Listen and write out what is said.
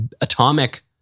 atomic